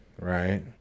right